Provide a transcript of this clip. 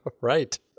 Right